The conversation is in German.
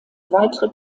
weitere